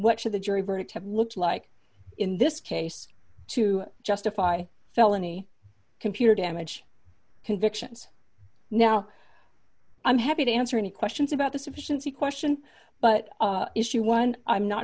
what should the jury verdict have looked like in this case to justify felony computer damage convictions now i'm happy to answer any questions about the sufficiency question but issue one i'm not